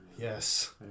Yes